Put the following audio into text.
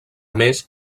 més